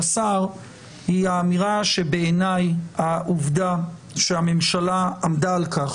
היא האמירה שבעיניי העובדה שהממשלה עמדה על-כך